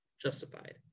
justified